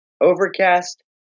Overcast